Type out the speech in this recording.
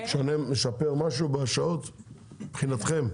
ישפר משהו בשעות מבחינתכם?